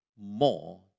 more